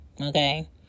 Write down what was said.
okay